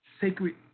sacred